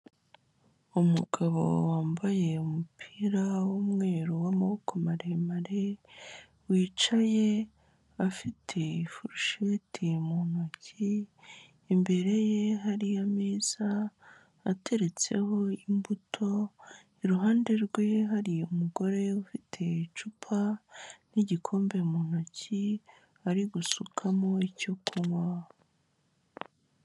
Umugabo wambaye umupira w'umweru w'amaboko maremare, wicaye afite ifurusheti mu ntoki, imbere ye hari ameza ateretseho imbuto, iruhande rwe hari umugore ufite icupa n'igikombe mu ntoki ari gusukamo icyo kunywa.